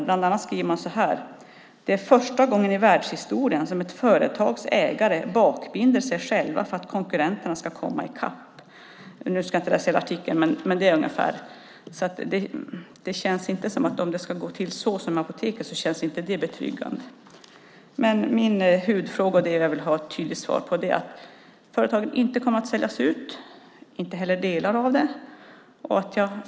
Bland annat skriver man så här: Det är första gången i världshistorien som ett företags ägare bakbinder sig själva för att konkurrenterna ska komma i kapp. Jag ska inte läsa hela artikeln, men det känns inte betryggande om det ska gå till som med Apoteket. Men min huvudfråga som jag vill ha ett tydligt svar på handlar om ifall företagen inte kommer att säljas ut och inte heller delar av dem.